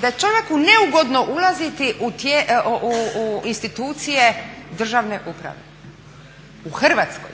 da je čovjeku neugodno ulaziti u institucije državne uprave? U Hrvatskoj?